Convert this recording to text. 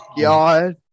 god